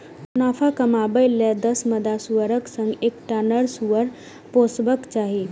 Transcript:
मुनाफा कमाबै लेल दस मादा सुअरक संग एकटा नर सुअर पोसबाक चाही